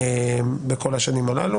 בכל השנים הללו.